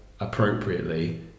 appropriately